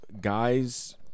guys